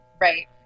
Right